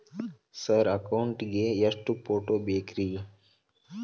Sir account ಗೇ ಎಷ್ಟು photo ಬೇಕ್ರಿ?